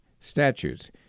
statutes